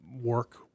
work